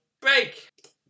break